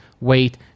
wait